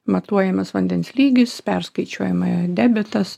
matuojamas vandens lygis perskaičiuojama debitas